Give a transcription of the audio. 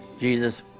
Jesus